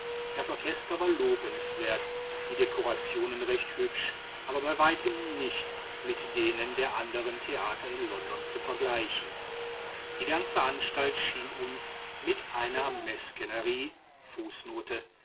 das orchester war lobenswert die dekorationen recht hübsch aber bei weitem nicht mit denen der anderen theater in london zu vergleichen die ganze anstalt schien uns mit einer